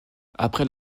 après